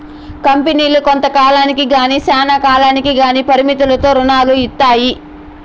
కంపెనీలు కొంత కాలానికి గానీ శ్యానా కాలంకి గానీ పరిమితులతో రుణాలు ఇత్తాయి